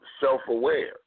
self-aware